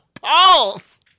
Pause